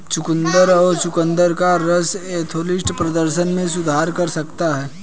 चुकंदर और चुकंदर का रस एथलेटिक प्रदर्शन में सुधार कर सकता है